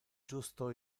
justo